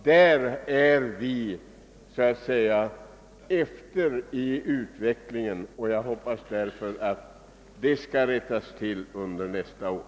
Där ligger vi efter i utvecklingen, och det hoppas jag kommer att rättas till under nästa år.